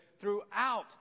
Throughout